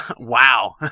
Wow